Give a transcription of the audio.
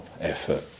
effort